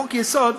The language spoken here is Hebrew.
חוק-יסוד,